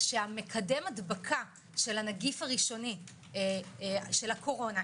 מקדם הדבקה של הנגיף הראשוני של הקורונה,